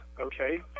okay